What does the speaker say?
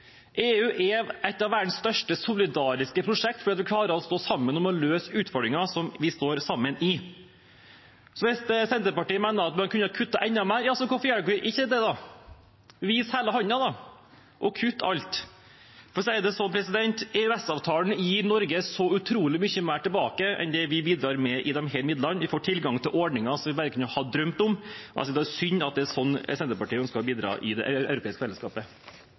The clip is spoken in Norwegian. EU. EU er et av verdens største solidariske prosjekt fordi en klarer å stå sammen om å løse utfordringer som en har. Hvis Senterpartiet mener en kunne kuttet enda mer, ja, hvorfor gjør de ikke det da? Vis hele handa og kutt alt! For å si det slik: EØS-avtalen gir Norge så utrolig mye mer tilbake enn det vi bidrar med gjennom disse midlene. Vi får tilgang til ordninger som vi bare kunne drømt om ellers. Det er synd at det er slik Senterpartiet ønsker å bidra til det europeiske fellesskapet.